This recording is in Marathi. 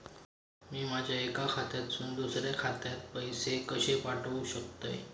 मी माझ्या एक्या खात्यासून दुसऱ्या खात्यात पैसे कशे पाठउक शकतय?